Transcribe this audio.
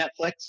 Netflix